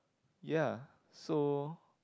ya so